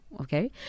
okay